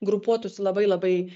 grupuotųsi labai labai